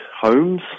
homes